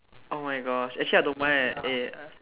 oh my gosh actually I don't mind leh eh